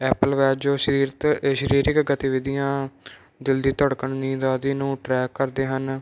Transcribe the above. Apple ਵੈ ਜੋ ਸਰੀਰ ਜੋ ਸਰੀਰਕ ਗਤੀਵਿਧੀਆਂ ਦਿਲ ਦੀ ਧੜਕਣ ਨੀਂਦ ਆਦਿ ਨੂੰ ਟਰੈਕ ਕਰਦੇ ਹਨ